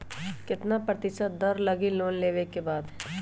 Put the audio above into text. कितना प्रतिशत दर लगी लोन लेबे के बाद?